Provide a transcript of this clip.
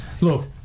look